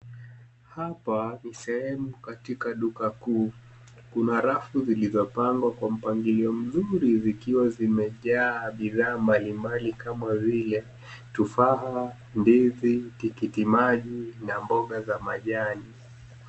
Hapa ni sehemu katika duka kuu. Kuna rafu zilizopangwa kwa mpangilio mzuri zikiwa zimejaa bidhaa mbalimbali kama vile tufaha, ndizi, tikiti maji na mboga za majani.